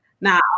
Now